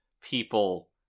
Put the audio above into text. people